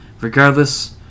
Regardless